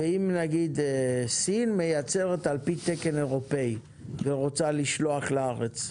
ואם סין מייצרת על פי תקן אירופאי ורוצה לשלוח לארץ?